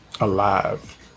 alive